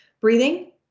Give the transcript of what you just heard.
Breathing